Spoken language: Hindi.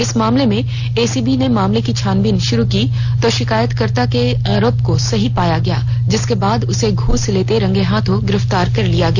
इस मामले में एसीबी ने मामले की छानबीन षूरू की तो शिकायतकर्त्ता के आरोप को सही पाया गया जिसके बाद उसे घूस लेते रंगे हाथ गिरफ्तार कर लिया गया